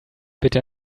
bitte